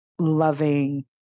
loving